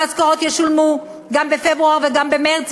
המשכורות ישולמו גם בפברואר וגם במרס,